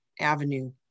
avenue